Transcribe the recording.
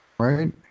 right